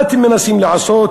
מה אתם מנסים לעשות?